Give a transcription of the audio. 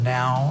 now